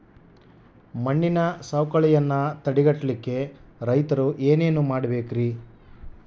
ಮಣ್ಣಿನ ಸವಕಳಿಯನ್ನ ತಡೆಗಟ್ಟಲಿಕ್ಕೆ ರೈತರು ಏನೇನು ಮಾಡಬೇಕರಿ?